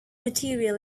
material